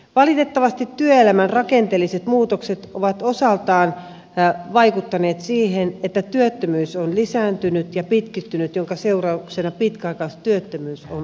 valitettavasti työelämän rakenteelliset muutokset ovat osaltaan vaikuttaneet siihen että työttömyys on lisääntynyt ja pitkittynyt minkä seurauksena pitkäaikaistyöttömyys on myös kasvanut